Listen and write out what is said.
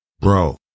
Bro